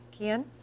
Kian